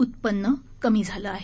उत्पन्न कमी झालं आहे